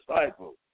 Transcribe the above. disciples